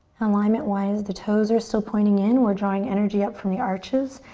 alignment-wise the toes are still pointing in. we're drawing energy up from the arches.